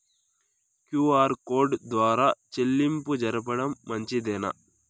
QR code ద్వారా చెల్లింపులు జరపడం మంచిదేనా?